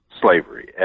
slavery